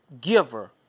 giver